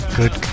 good